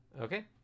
Okay